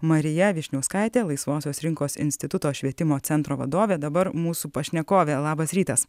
marija vyšniauskaitė laisvosios rinkos instituto švietimo centro vadovė dabar mūsų pašnekovė labas rytas